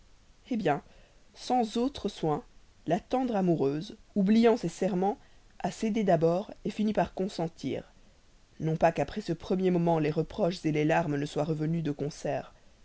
hé bien sans autre soin la tendre amoureuse oubliant ses serments a cédé d'abord fini même par consentir non pas qu'après ce premier moment les reproches les larmes ne soient revenus de concert